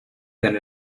than